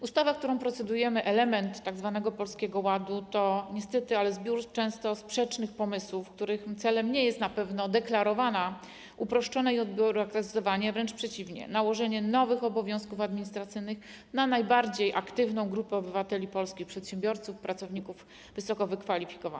Ustawa, nad którą procedujemy, element tzw. Polskiego Ładu, to niestety zbiór często sprzecznych pomysłów, których celem nie jest na pewno deklarowane uproszczenie i odbiurokratyzowanie, wręcz przeciwnie - nałożenie nowych obowiązków administracyjnych na najbardziej aktywną grupę obywateli - polskich przedsiębiorców i pracowników wysoko wykwalifikowanych.